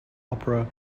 opera